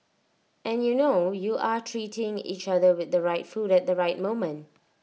and you know you are treating each other with the right food at the right moment